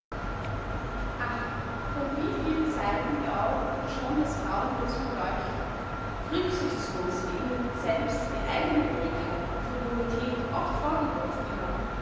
von wie vielen seiten wir auch nun schon das frauenloos beleuchtet wie rücksichtslos wir ihnen selbst die eigne trägheit und frivolität oft vorgeworfen haben